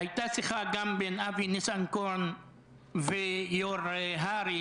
הייתה שיחה גם בין אבי ניסנקורן ויו"ר הר"י